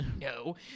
No